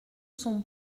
son